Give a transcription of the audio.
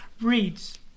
reads